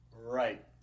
Right